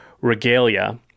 regalia